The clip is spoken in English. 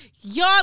Y'all